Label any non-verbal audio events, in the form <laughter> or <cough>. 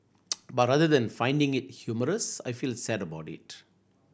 <noise> but rather than finding it humorous I feel sad about it